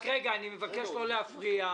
אני מברך את השר לשירותי דת.